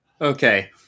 Okay